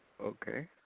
Okay